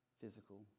physical